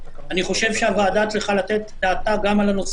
אני חושב שהוועדה צריכה לתת את דעתה גם על זה